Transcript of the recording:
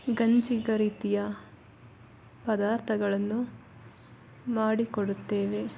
ಗಂಜಿ ರೀತಿಯ ಪದಾರ್ಥಗಳನ್ನು ಮಾಡಿ ಕೊಡುತ್ತೇವೆ